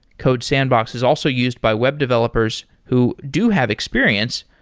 codesandbox is also used by web developers who do have experience,